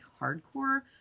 hardcore